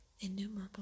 Innumerable